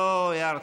לא הערתי,